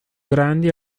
grandi